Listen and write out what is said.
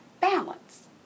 balance